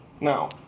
Now